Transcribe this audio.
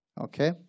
Okay